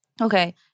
Okay